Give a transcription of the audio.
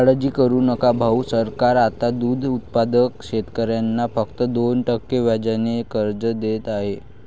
काळजी करू नका भाऊ, सरकार आता दूध उत्पादक शेतकऱ्यांना फक्त दोन टक्के व्याजाने कर्ज देत आहे